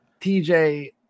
TJ